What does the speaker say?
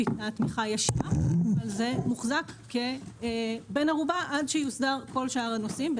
התמיכה הישירה אבל זה מוחזק כבן ערובה עד שיוסדרו כל שאר הנושאים.